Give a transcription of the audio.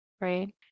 right